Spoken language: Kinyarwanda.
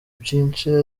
byinshi